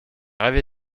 rêvé